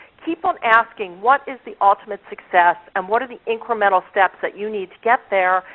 keep on asking what is the ultimate success and what are the incremental steps that you need to get there,